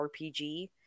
RPG